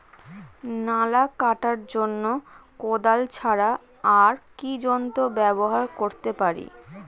নালা কাটার জন্য কোদাল ছাড়া আর কি যন্ত্র ব্যবহার করতে পারি?